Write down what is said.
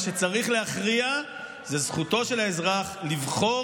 מה שצריך להכריע זה זכותו של האזרח לבחור